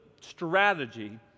strategy